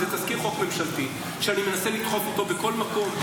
זה תזכיר חוק ממשלתי שאני מנסה לדחוף אותו בכל מקום,